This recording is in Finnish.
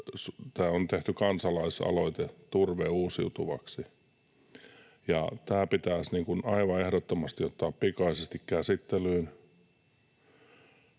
tästä on tehty kansalaisaloite Turve uusiutuvaksi, ja tämä pitäisi aivan ehdottomasti ottaa pikaisesti käsittelyyn.